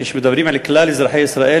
כשמדברים על כלל אזרחי ישראל,